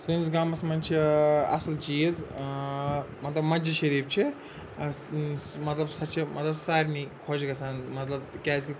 سٲنِس گامَس منٛز چھِ اَصٕل چیٖز مطلب مسجِد شریٖف چھِ اَسہِ یُس مطلب سۄ چھِ مطلب سارنٕے خۄش گژھان مطلب کیٛازِکہِ